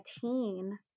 teen